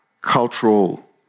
cultural